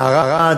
לערד,